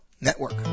Network